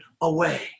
away